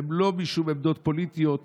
הן לא משום עמדות פוליטיות,